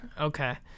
okay